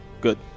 Good